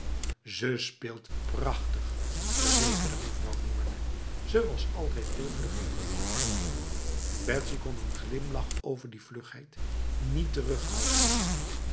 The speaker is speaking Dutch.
ze speelt prachtig verzekerde mevrouw borne ze was altijd heel vlug in de muziek betsy kon een glimlach over die vlugheid niet terughouden